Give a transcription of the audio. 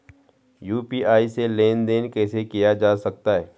UPI से लेनदेन कैसे किया जा सकता है?